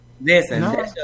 Listen